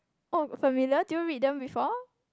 oh familiar do you read them before